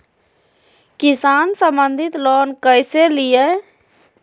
किसान संबंधित लोन कैसै लिये?